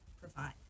provide